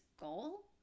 goal